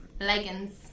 leggings